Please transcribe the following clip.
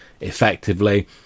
effectively